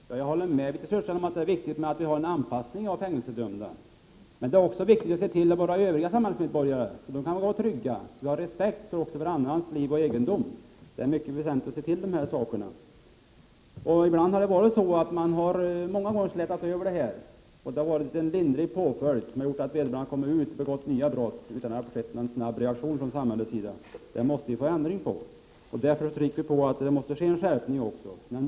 Herr talman! Jag håller med Birthe Sörestedt om att det är viktigt med en anpassning av fängelsedömda. Men det är också viktigt att se till att de övriga samhällsmedborgarna kan gå trygga. Man måste ha respekt för andras liv och egendom. Det är mycket väsentligt att se till detta. Många gånger har man slätat över. Påföljderna har varit lindriga, och de dömda har kommit ut och begått nya brott utan någon snabb reaktion från samhällets sida. Det måste bli en ändring på det. Därför trycker vi på att en skärpning måste ske.